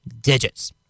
digits